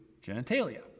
genitalia